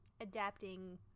adapting